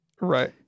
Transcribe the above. right